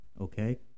okay